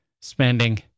spending